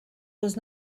was